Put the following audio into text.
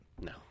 No